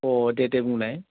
अ दे दे बुंनाय